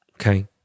okay